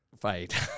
fight